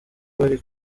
bari